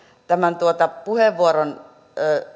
tämän puheenvuoron